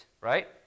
right